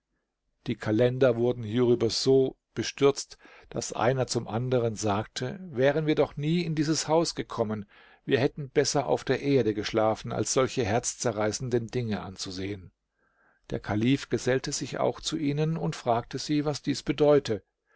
die kalender wurden hierüber so bestürzt daß einer zum anderen sagte wären wir doch nie in dieses haus gekommen wir hätten besser auf der erde geschlafen als solche herzzerreißende dinge anzusehen der kalif gesellte sich auch zu ihnen und fragte sie was dies bedeute